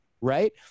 Right